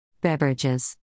Beverages